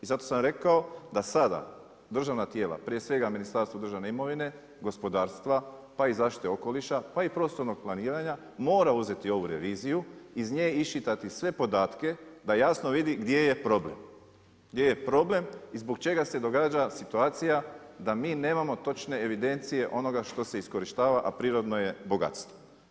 I zato sam rekao da sada državna tijela, prije svega Ministarstvo državne imovine, gospodarstva, pa i zaštite okoliša, pa i prostornog planiranja mora uzeti ovu reviziju, iz nje iščitati sve podatke da jasno vidi gdje je problem i zbog čega se događa situacija da mi nemamo točne evidencije onoga što se iskorištava, a prirodno je bogatstvo.